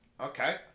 Okay